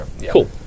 Cool